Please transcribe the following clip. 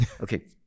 Okay